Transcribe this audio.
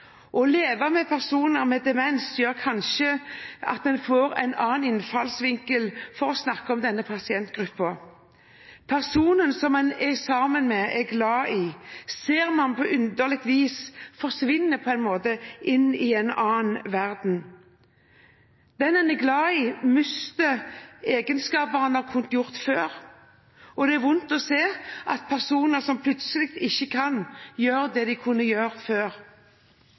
Å leve med personer med demens gjør kanskje at en får en annen innfallsvinkel til å snakke om denne pasientgruppen. Personen man er sammen med, er glad i, ser man på underlig vis på en måte forsvinne inn i en annen verden. Den en er glad i, mister egenskaper han har kunnet ha før, og det er vondt å se at personer plutselig ikke kan gjøre det de kunne gjøre før.